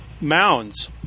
mounds